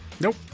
Nope